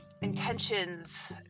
intentions